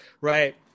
right